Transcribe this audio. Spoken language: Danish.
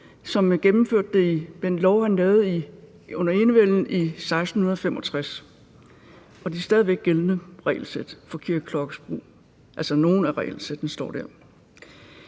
som gennemførte det i den lov, han lavede under enevælden i 1665. Og det er stadig væk gældende regelsæt for kirkeklokkers brug; altså, nogle af regelsættene står der.